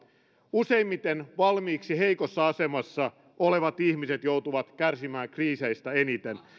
useimmiten valmiiksi heikossa asemassa olevat ihmiset joutuvat kärsimään kriiseistä eniten